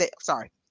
sorry